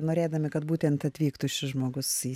norėdami kad būtent atvyktų šis žmogus į